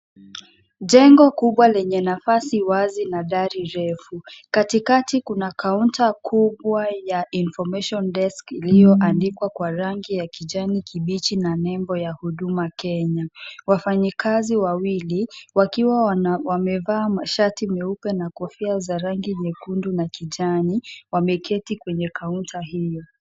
Jengo kubwa lenye nafasi wazi na dari refu. Katikati kuna kaunta kubwa ya Information Desk]cs] iliyoandikwa kwa rangi ya kijani kibichi na nembo ya huduma Kenya. Wafanyakazi wawili, wakiwa wamevaa mashati meupe na kofia za rangi nyekundu na kijani, wameketi kwenye kaunta hiyo.